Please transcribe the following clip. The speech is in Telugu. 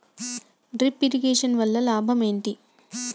డ్రిప్ ఇరిగేషన్ వల్ల లాభం ఏంటి?